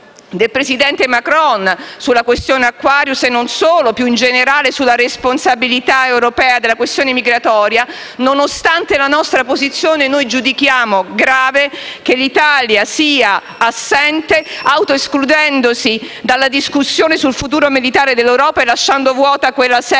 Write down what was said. del presidente Macron sulla questione Aquarius e non solo, più in generale sulla responsabilità europea della questione migratoria, nonostante la nostra posizione, noi giudichiamo grave che l'Italia sia assente, autoescludendosi dalla discussione sul futuro militare dell'Europa e lasciando vuota quella sedia